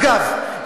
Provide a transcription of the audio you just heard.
אגב,